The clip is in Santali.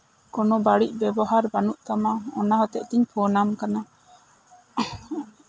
ᱠᱳᱱᱳ ᱵᱟᱹᱲᱤᱡ ᱵᱮᱵᱚᱦᱟᱨ ᱵᱟᱹᱱᱩᱜ ᱛᱟᱢᱟ ᱚᱱᱟ ᱦᱚᱛᱮᱜ ᱛᱤᱧ ᱯᱷᱳᱱ ᱟᱢ ᱠᱟᱱᱟ